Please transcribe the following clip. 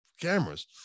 cameras